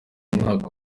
umwaka